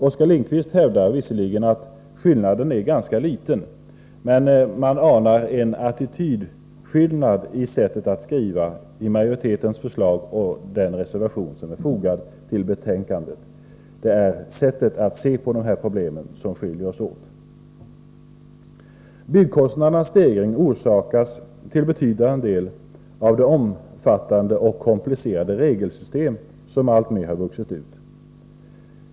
Oskar Lindkvist hävdar visserligen att skillnaden är ganska liten, men man anar en attitydskillnad i sättet att skriva mellan majoritetens förslag och den reservation i frågan som är fogad till betänkandet. Sättet att se på problemen skiljer oss åt. Byggkostnadernas stegring orsakas till betydande del av det omfattande och komplicerade regelsystem som alltmer har vuxit ut.